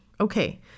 Okay